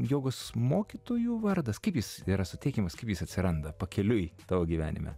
jogos mokytojų vardas kaip jis yra suteikiamas kaip jis atsiranda pakeliui tavo gyvenime